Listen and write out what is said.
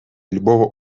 любого